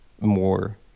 more